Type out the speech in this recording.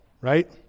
right